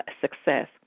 success